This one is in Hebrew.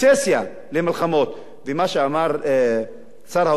ומה שאמר שר האוצר אז יגאל הורביץ: